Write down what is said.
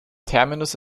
terminus